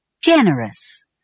Generous